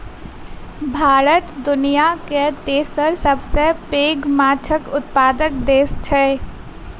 भारत दुनियाक तेसर सबसे पैघ माछक उत्पादक देस छै